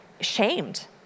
shamed